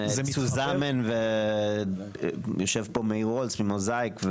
יושב פה ממוזאיק.